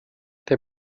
der